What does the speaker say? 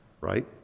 right